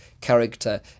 character